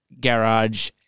garage